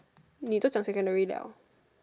你都讲 secondary liao